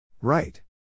Right